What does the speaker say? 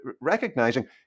recognizing